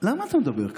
למה אתה מדבר ככה?